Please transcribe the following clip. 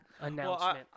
announcement